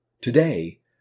Today